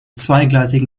zweigleisigen